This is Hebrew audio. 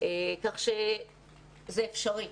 כך שזה אפשרי,